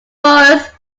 forest